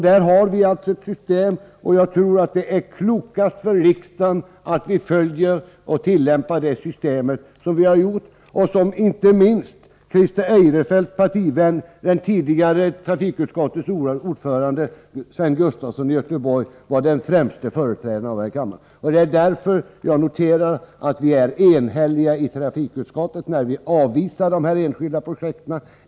Vi har ett system för det, och jag tror att det är klokast för riksdagen att vi tillämpar det system som vi hittills gjort och som Christer Eirefelts partivän, trafikutskottets tidigare ordförande Sven Gustafson i Göteborg, var den främste förespråkaren för här i kammaren. Det är därför jag noterar att trafikutskottet är enhälligt när det avvisar motionerna om dessa enskilda projekt.